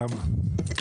זה למה.